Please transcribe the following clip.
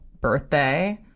birthday